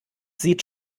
sieht